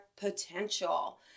potential